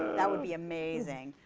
that would be amazing.